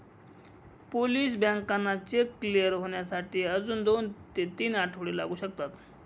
Polish बँकांना cheque clear होण्यासाठी अजून दोन ते तीन आठवडे लागू शकतात